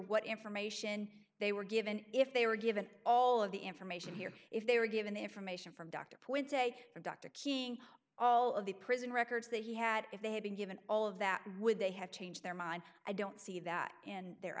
what information they were given if they were given all of the information here if they were given the information from dr point take from dr king all of the prison records that he had if they had been given all of that would they have changed their mind i don't see that in the